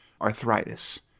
arthritis